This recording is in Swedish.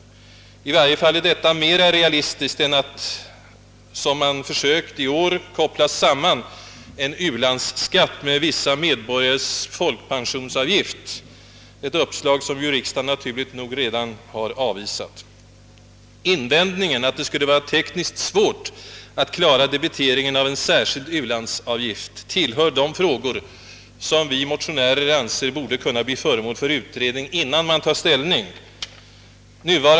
Detta är i varje fall mera realistiskt än att, som man försökt göra tidigare i år, koppla samman en u-landsskatt med vissa medborgares folkpensionsavgift = ett uppslag som riksdagen naturligt nog redan har avvisat. "Invändningen att det skulle vara tekniskt svårt med debiteringen äv en särskild u-landsavgift tillhör de frågor som vi motionärer anser borde bli föremål för utredning.